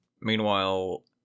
Meanwhile